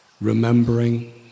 remembering